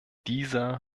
dieser